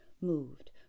moved